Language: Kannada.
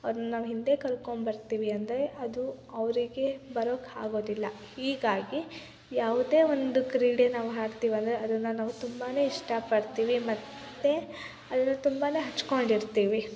ಅವ್ರನ್ನು ನಾವು ಹಿಂದೆ ಕರ್ಕೊಂಬರ್ತೀವಿ ಅಂದರೆ ಅದು ಅವರಿಗೆ ಬರೋಕೆ ಆಗೋದಿಲ್ಲ ಹೀಗಾಗಿ ಯಾವುದೇ ಒಂದು ಕ್ರೀಡೆ ನಾವು ಆಡ್ತಿವಿ ಅಂದರೆ ಅದನ್ನು ನಾವು ತುಂಬಾ ಇಷ್ಟಪಡ್ತೀವಿ ಮತ್ತು ಅದನ್ನು ತುಂಬಾ ಹಚ್ಕೊಂಡಿರ್ತೀವಿ